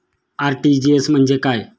RTGS म्हणजे काय?